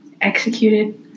executed